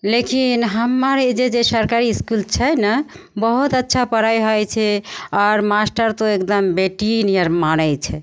लेकिन हम्मर एहिजाँ जे सरकारी इसकुल छै ने बहुत अच्छा पढ़ाइ होइ छै आओर मास्टर तऽ एगदम बेटी नियर मानै छै